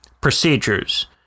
procedures